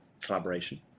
collaboration